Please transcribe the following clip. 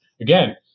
Again